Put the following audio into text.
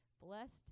Blessed